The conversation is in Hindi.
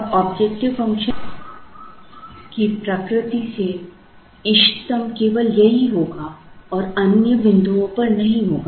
अब ऑब्जेक्टिव फंक्शन की प्रकृति से इष्टतम केवल यहीं होगा और अन्य बिंदुओं पर नहीं होगा